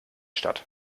statt